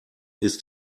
ist